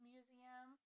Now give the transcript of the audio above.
Museum